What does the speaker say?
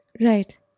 Right